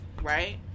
Right